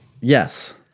Yes